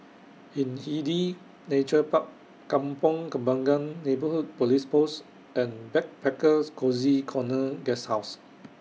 Hindhede Nature Park Kampong Kembangan Neighbourhood Police Post and Backpackers Cozy Corner Guesthouse